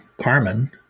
Carmen